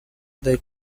they